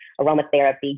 aromatherapy